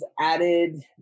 added